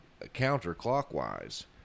counterclockwise